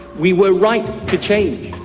we were right to change.